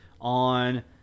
on